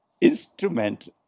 Instrument